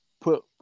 put